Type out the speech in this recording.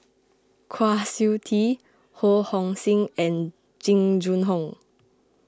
Kwa Siew Tee Ho Hong Sing and Jing Jun Hong